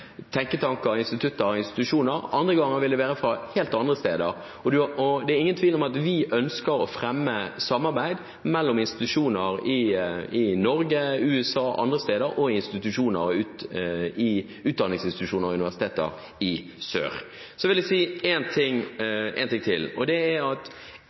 tenketanker, institutter og institusjoner, andre ganger vil det være helt andre steder. Det er ingen tvil om at vi ønsker å fremme samarbeid mellom institusjoner i Norge, USA og andre steder og i utdanningsinstitusjoner og universiteter i sør. Så vil jeg si én ting til. Som en oppfølging av denne rapporten, og på grunn av at